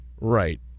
Right